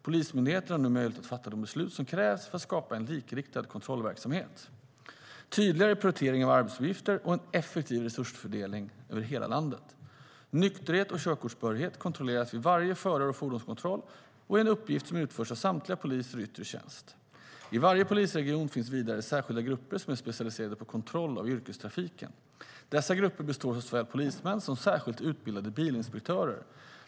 Polismyndigheten har nu möjlighet att fatta de beslut som krävs för att skapa en likriktad kontrollverksamhet, tydligare prioriteringar av arbetsuppgifter och en effektiv resursfördelning över hela landet. Nykterhet och körkortsbehörighet kontrolleras vid varje förar och fordonskontroll och är en uppgift som utförs av samtliga poliser i yttre tjänst. I varje polisregion finns vidare särskilda grupper som är specialiserade på kontroll av yrkestrafiken. Dessa grupper består såväl av polismän som särskilt utbildade bilinspektörer.